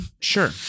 Sure